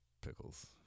pickles